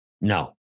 no